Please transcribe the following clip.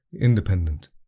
independent